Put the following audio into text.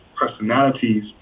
personalities